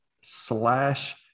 slash